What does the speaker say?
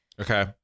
Okay